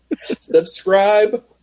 Subscribe